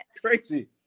Crazy